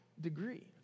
degree